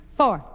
four